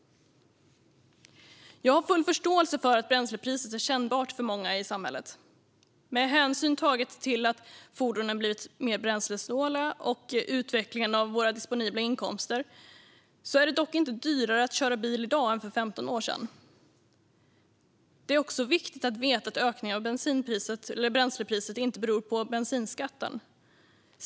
Jag har full förståelse för att bränslepriset är kännbart för många i samhället. Med hänsyn tagen till att fordonen blivit mer bränslesnåla och till utvecklingen av våra disponibla inkomster är det dock inte dyrare att köra bil i dag än för 15 år sedan. Det är också viktigt att veta att ökningen av bränslepriset inte beror på bensinskatten.